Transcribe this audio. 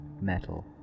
metal